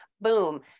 Boom